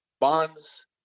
Bonds